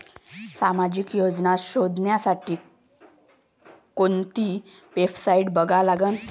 सामाजिक योजना शोधासाठी कोंती वेबसाईट बघा लागन?